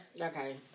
Okay